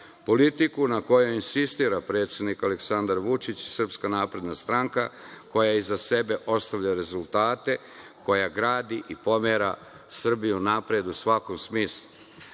politiku na kojoj insistira predsednik Aleksandar Vučić i SNS koja iza sebe ostavlja rezultate, koja gradi i pomera Srbiju napred u svakom smislu,